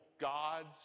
gods